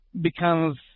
becomes